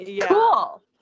Cool